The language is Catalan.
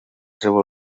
treu